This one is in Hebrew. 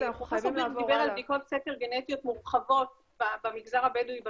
פרופ' בירק דיבר על בדיקות סקר גנטיות מורחבות במגזר הבדואי בדרום,